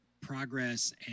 progress